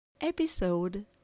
episode